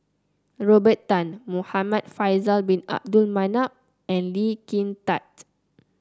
Robert Tan Muhamad Faisal Bin Abdul Manap and Lee Kin Tat